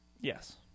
Yes